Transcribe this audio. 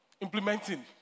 implementing